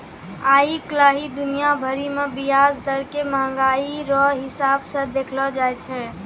आइ काल्हि दुनिया भरि मे ब्याज दर के मंहगाइ रो हिसाब से देखलो जाय छै